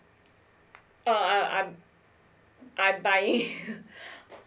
uh uh I'm I'm buying